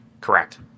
Correct